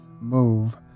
move